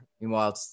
Meanwhile